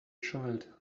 child